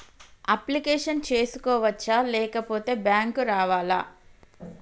Application చేసుకోవచ్చా లేకపోతే bank రావాలా?